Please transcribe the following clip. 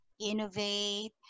innovate